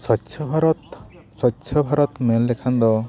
ᱥᱚᱪᱪᱷᱚ ᱵᱷᱟᱨᱚᱛ ᱥᱚᱪᱪᱷᱚ ᱵᱷᱟᱨᱚᱛ ᱢᱮᱱ ᱞᱮᱠᱷᱟᱱ ᱫᱚ